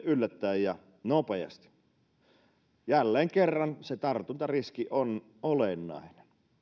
yllättäen ja nopeasti jälleen kerran se tartuntariski on olennainen